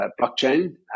blockchain